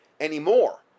anymore